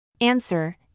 Answer